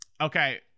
Okay